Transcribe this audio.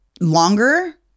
longer